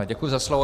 Děkuji za slovo.